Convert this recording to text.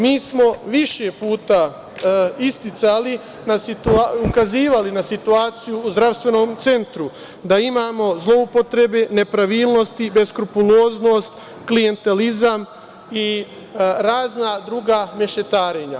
Mi smo više puta ukazivali na situaciju u zdravstvenom centru, da imamo zloupotrebe, nepravilnosti, beskrupuloznost, klijentelizam i razna druga mešetarenja.